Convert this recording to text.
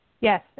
Yes